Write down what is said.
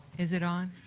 is it on?